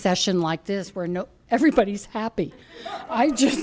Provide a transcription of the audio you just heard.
session like this where know everybody's happy i just